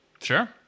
sure